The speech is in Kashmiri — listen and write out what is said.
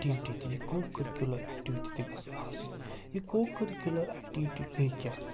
ایٚکٹِوٹی تہِ یہِ کو کٔرکیوٗلَر ایٚکٹِوِٹی تہِ گٔژھ آسٕنۍ یہِ کو کٔرکوٗلَر ایٚکٹِوِٹی گٔے کیٛاہ